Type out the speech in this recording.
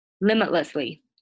limitlessly